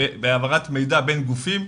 בהעברת מידע בין גופים.